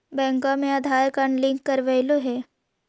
बैंकवा मे Aadhaar card link करवैलहो है?